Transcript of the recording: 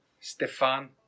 stefan